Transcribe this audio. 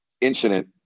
incident